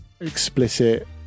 explicit